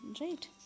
Right